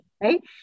right